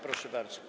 Proszę bardzo.